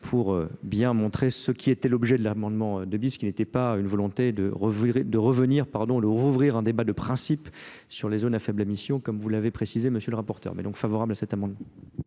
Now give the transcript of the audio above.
pour bien montrer ce qui était l'objet de l'amendement de Bis, qui n'était pas une volonté de Rev de revenir pardon de rouvrir un débat de principe sur les zones à faible émission comme vous l'avez précisé monsieur le rapporteur mais est donc favorable à cet amendement